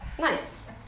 Nice